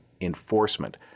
enforcement